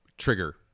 trigger